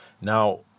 Now